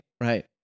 Right